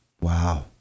Wow